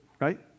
right